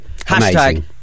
hashtag